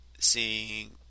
Seeing